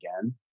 again